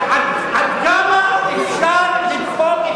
עד כמה אפשר לדחוק את